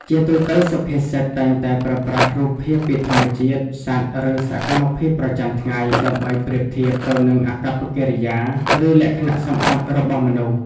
ជាទូទៅ សុភាសិតតែងតែប្រើប្រាស់រូបភាពពីធម្មជាតិ សត្វ ឬសកម្មភាពប្រចាំថ្ងៃ ដើម្បីប្រៀបធៀបទៅនឹងអាកប្បកិរិយា ឬលក្ខណៈសម្បត្តិរបស់មនុស្ស។